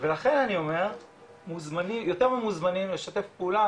ולכן אני אומר יותר ממוזמנים לשתף פעולה,